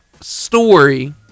story